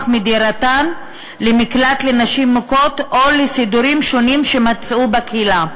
מדירתן למקלט לנשים מוכות או לסידורים שונים שמצאו בקהילה.